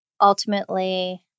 ultimately